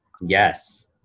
yes